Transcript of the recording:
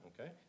okay